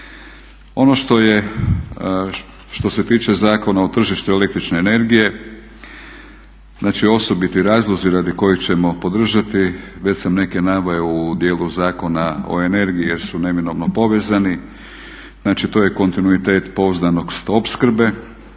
je, što se tiče Zakona o tržištu električne energije, znači osobiti razlozi radi kojih ćemo podržati, već sam neke naveo u djelu Zakona o energiji jer su neminovno povezani, znači to je kontinuitet pouzdanost opskrbe